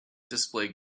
displayed